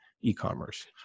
e-commerce